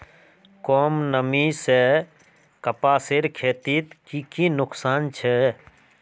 कम नमी से कपासेर खेतीत की की नुकसान छे?